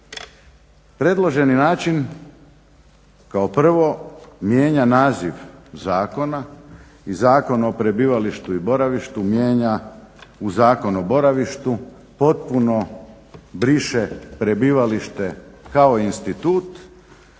Predloženi način kao prvo mijenja naziv zakona i Zakon o prebivalištu i boravištu mijenja u Zakon o boravištu, potpuno briše prebivalište kao institut.